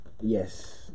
Yes